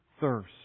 thirst